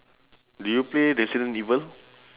do you play resident evil